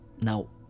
now